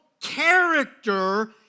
character